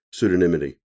Pseudonymity